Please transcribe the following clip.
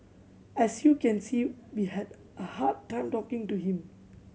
as you can see we had a hard time talking to him